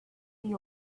the